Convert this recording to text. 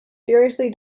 seriously